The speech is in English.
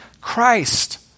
Christ